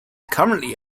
currently